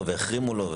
החרימו לו.